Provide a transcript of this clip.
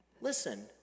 Listen